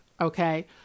okay